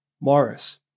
Morris